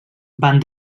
van